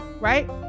right